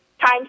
time